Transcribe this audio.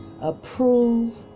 approve